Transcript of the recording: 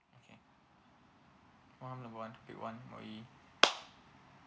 hi oh okay one M_O_E